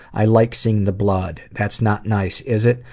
i like seeing the blood. that's not nice, is it?